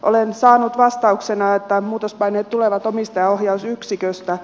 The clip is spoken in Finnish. olen saanut vastauksena että muutospaineet tulevat omistajaohjausyksiköstä